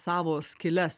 savo skyles